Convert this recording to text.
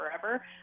forever